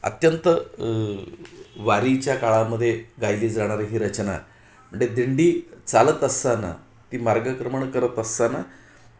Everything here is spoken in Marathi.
अत्यंत वारीच्या काळामध्ये गायली जाणारी ही रचना म्हणजे दिंडी चालत असताना ती मार्गक्रमण करत असताना